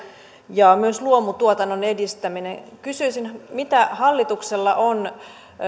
ja myös luomutuotannon edistäminen kysyisin mitä hallituksella on